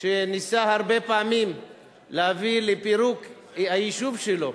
שניסה הרבה פעמים להביא לפירוק היישוב שלו,